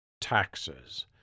taxes